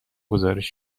گزارش